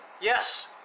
Yes